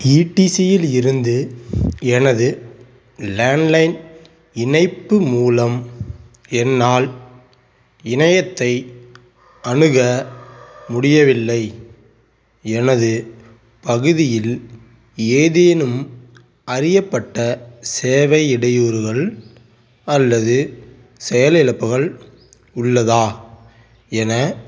ஈடிசியில் இருந்து எனது லேண்ட்லைன் இணைப்பு மூலம் என்னால் இணையத்தை அணுக முடியவில்லை எனது பகுதியில் ஏதேனும் அறியப்பட்ட சேவை இடையூறுகள் அல்லது செயலிழப்புகள் உள்ளதா என